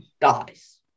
dies